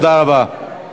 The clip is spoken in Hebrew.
תודה רבה.